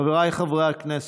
חבריי חברי הכנסת,